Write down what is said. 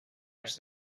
asked